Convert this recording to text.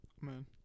Man